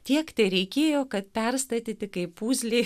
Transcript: tiek tereikėjo kad perstatyti kai pūzlį